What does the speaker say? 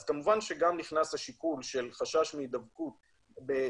אז כמובן נכנס גם השיקול של חשש מהידבקות בקורונה.